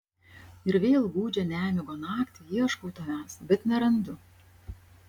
ir vėl gūdžią nemigo naktį ieškau tavęs bet nerandu